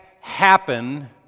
happen